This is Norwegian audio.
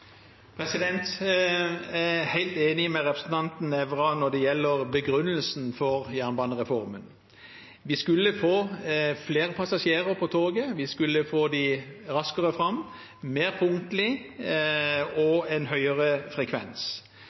tvil? Jeg er helt enig med representanten Nævra når det gjelder begrunnelsen for jernbanereformen. Vi skulle få flere passasjerer på toget, vi skulle få dem raskere fram, mer punktlig og med høyere frekvens.